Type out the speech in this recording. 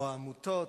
או העמותות,